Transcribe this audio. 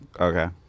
Okay